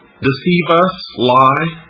deceive us, lie,